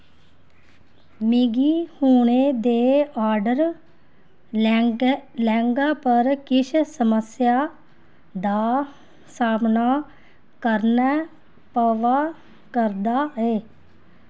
मिगी हुनै दे आर्डर लैंह्गा पर किश समस्या दा सामना करना पवा करदा ऐ